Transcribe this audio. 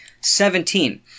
Seventeen